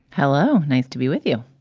hello. nice to be with you.